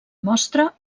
mostra